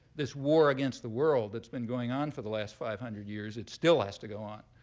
this war against the world that's been going on for the last five hundred years, it still has to go on.